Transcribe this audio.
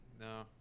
No